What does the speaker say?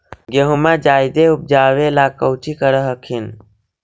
गेहुमा जायदे उपजाबे ला कौची कर हखिन?